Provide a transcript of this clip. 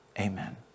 Amen